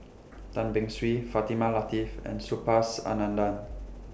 Tan Beng Swee Fatimah Lateef and Subhas Anandan